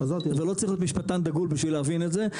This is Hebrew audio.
ולא צריך להיות משפטן דגול בשביל להבין את זה,